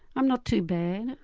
i'm not too bad,